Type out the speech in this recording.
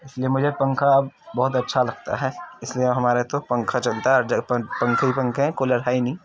اس لیے مجھے پنکھا اب بہت اچھا لگتا ہے اس لیے اب ہمارے یہاں تو پنکھا چلتا ہے اور پنکھے ہی پنکھے ہیں کولر ہے ہی نہیں